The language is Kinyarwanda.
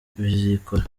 bizikora